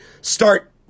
start